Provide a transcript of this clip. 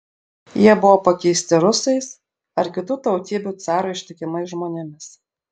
jie buvo pakeisti rusais ar kitų tautybių carui ištikimais žmonėmis